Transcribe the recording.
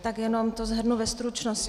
Tak jenom to shrnu ve stručnosti.